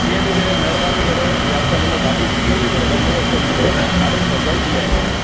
कीअं बि करे महिरबानी करे या त मतलबु गाॾी कीअं बि करे बंदोबस्तु करे मोकिलो मां ॾाढो पज़ल थी विया आयूं